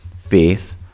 Faith